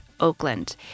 Oakland